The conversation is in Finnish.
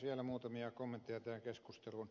vielä muutamia kommentteja tähän keskusteluun